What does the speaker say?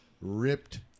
ripped